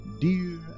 Dear